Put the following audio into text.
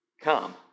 Come